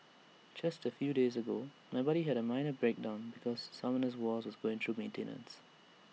just A few days ago my buddy had A minor breakdown because Summoners war was going through maintenance